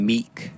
Meek